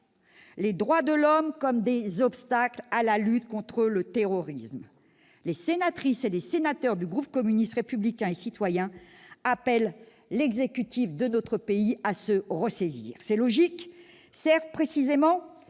les droits de l'homme comme des obstacles à la lutte contre le terrorisme, les sénatrices et sénateurs du groupe communiste républicain et citoyen appellent l'exécutif de notre pays à se ressaisir. Ces logiques servent précisément